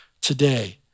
today